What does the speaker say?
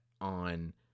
on